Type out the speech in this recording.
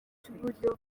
cy’iburyo